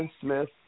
Smith